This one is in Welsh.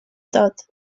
dod